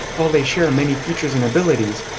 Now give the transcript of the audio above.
while they share many features and abilities,